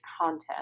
content